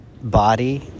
body